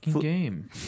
game